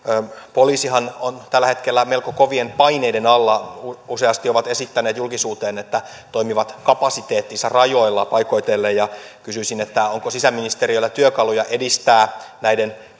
poliisihan on tällä hetkellä melko kovien paineiden alla useasti ovat esittäneet julkisuuteen että toimivat kapasiteettinsa rajoilla paikoitellen onko sisäministeriöllä työkaluja edistää näiden